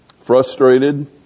frustrated